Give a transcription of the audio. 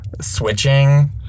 switching